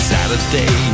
Saturday